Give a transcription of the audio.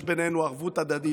יש בינינו ערבות הדדית.